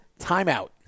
timeout